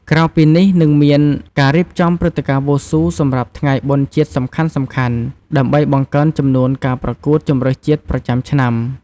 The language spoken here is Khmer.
ក្រៅពីនេះនឹងមានការរៀបចំព្រឹត្តិការណ៍វ៉ូស៊ូសម្រាប់ថ្ងៃបុណ្យជាតិសំខាន់ៗ ដើម្បីបង្កើនចំនួនការប្រកួតជម្រើសជាតិប្រចាំឆ្នាំ។